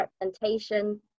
representation